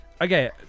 Okay